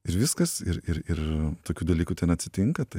ir viskas ir ir ir tokių dalykų ten atsitinka tai